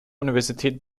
universität